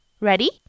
Ready